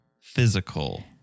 physical